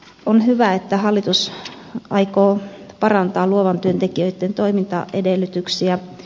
on hyvä että hallitus aikoo parantaa luovan työn tekijöitten toimintaedellytyksiä